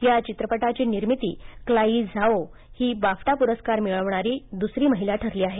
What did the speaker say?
या चित्रपटाची निर्माती क्लाई झाओ ही बाफ्टा पुरस्कार मिळवणारी दुसरी महिला ठरली आहे